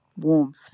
warmth